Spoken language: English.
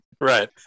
Right